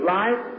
life